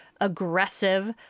aggressive